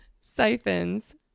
Siphons